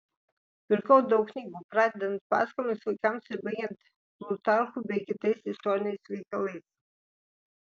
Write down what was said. pirkau daug knygų pradedant pasakomis vaikams ir baigiant plutarchu bei kitais istoriniais veikalais